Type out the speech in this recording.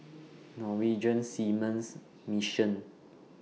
Norwegian Seamen's Mission